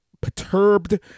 perturbed